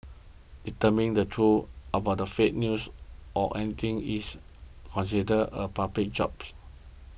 determining the truth about the fake news or anything is considered the public's job